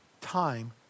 time